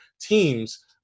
teams –